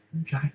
Okay